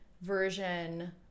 version